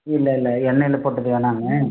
இல்லை இல்லை எண்ணெயில் போட்டது வேணாம்ங்க